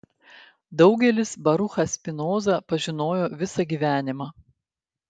daugelis baruchą spinozą pažinojo visą gyvenimą